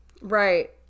Right